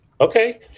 okay